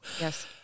Yes